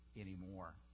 anymore